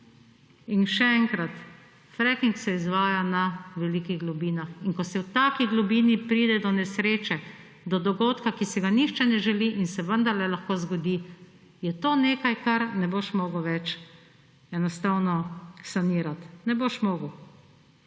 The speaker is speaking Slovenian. In še enkrat, fracking se izvaja na velikih globinah in ko v taki globini pride do nesreče, do dogodka, ki si ga nihče ne želi in se vendarle lahko zgodi, je to nekaj, kar ne boš mogel več enostavno sanirati. Ne boš mogel.